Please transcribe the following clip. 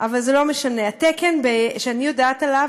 אבל זה לא משנה: התקן שאני יודעת עליו,